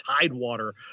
tidewater